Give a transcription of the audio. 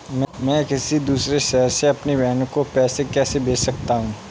मैं किसी दूसरे शहर से अपनी बहन को पैसे कैसे भेज सकता हूँ?